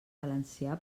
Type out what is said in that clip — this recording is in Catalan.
valencià